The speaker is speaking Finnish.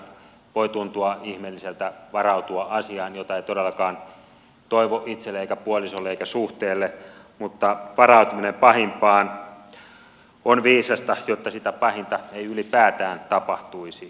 voi tuntua ihmeelliseltä varautua asiaan jota ei todellakaan toivo itselle puolisolle eikä suhteelle mutta varautuminen pahimpaan on viisasta jotta sitä pahinta ei ylipäätään tapahtuisi